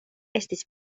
estis